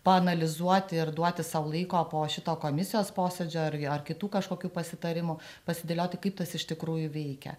paanalizuoti ir duoti sau laiko po šito komisijos posėdžio ar kitų kažkokių pasitarimų pasidėlioti kaip tas iš tikrųjų veikia